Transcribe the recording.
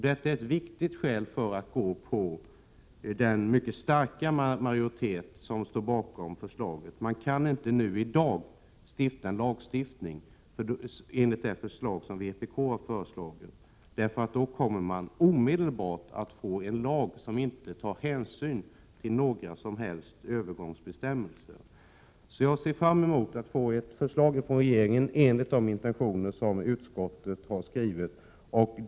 Detta är ett viktigt skäl till att man skall gå på den starka majoritet som står bakom förslaget. Man kan inte i dag stifta en lag enligt det förslag som vpk har lagt fram. I så fall skulle man nämligen omedelbart få en lag som inte tar hänsyn till några som helst övergångsbestämmelser. Jag ser fram emot att få ett förslag från regeringen enligt de intentioner som utskottet givit uttryck åt.